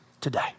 today